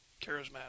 charismatic